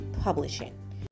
Publishing